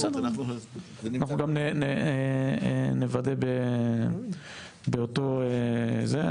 אנחנו גם נוודא באותו זה.